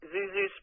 Zuzu